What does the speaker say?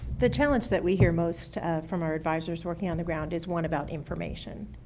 the challenge that we hear most from our advisors working on the ground is one about information.